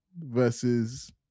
Versus